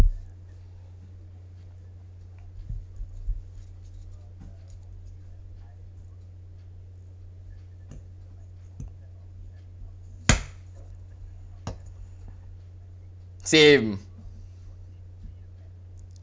same